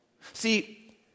See